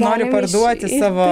nori parduoti savo